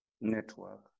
network